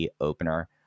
opener